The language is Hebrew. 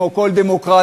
כמו כל דמוקרטיה,